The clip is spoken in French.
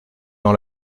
dans